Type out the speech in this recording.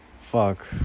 Fuck